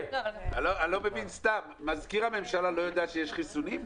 אני לא מבין, מזכיר הממשלה לא יודע שיש חיסונים?